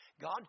God